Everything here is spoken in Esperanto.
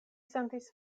sentis